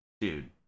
Dude